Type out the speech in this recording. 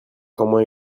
comment